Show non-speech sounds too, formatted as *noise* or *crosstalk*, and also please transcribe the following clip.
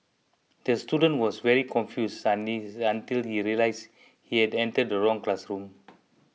the student was very confused *unintelligible* until he realised he had entered the wrong classroom